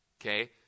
okay